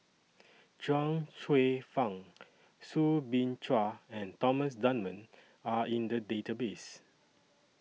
Chuang Hsueh Fang Soo Bin Chua and Thomas Dunman Are in The Database